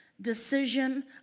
decision